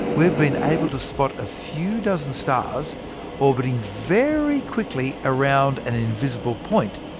we've been able to spot a few dozen stars orbiting very quickly around an invisible point,